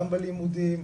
גם בלימודים,